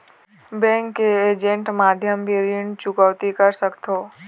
Bank के agent माध्यम भी ऋण चुकौती कर सकथों?